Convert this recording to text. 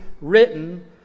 written